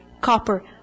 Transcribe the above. copper